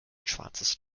schwarzes